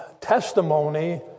testimony